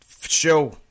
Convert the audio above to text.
show